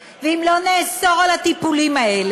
ואם לא נחוקק את החוק הזה ואם לא נאסור על הטיפולים האלה,